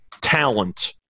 talent